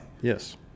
Yes